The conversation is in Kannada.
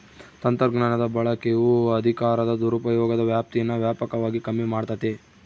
ತಂತ್ರಜ್ಞಾನದ ಬಳಕೆಯು ಅಧಿಕಾರದ ದುರುಪಯೋಗದ ವ್ಯಾಪ್ತೀನಾ ವ್ಯಾಪಕವಾಗಿ ಕಮ್ಮಿ ಮಾಡ್ತತೆ